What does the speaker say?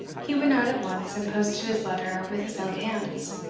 he went out at once, and posted his letter with his own hands.